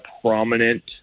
prominent